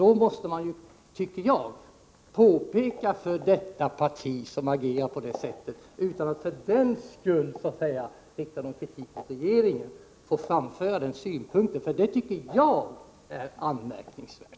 Då måste man, tycker jag, påpeka detta för det parti som agerar på det sättet utan att för den skull rikta någon kritik mot regeringen — det tycker jag är anmärkningsvärt.